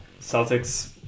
Celtics